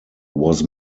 was